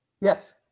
Yes